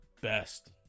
best